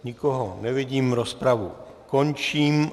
Nikoho nevidím, rozpravu končím.